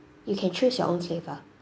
you can choose your own flavour